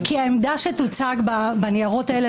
כי העמדה שתוצג בניירות האלה,